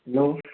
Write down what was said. hello